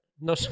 No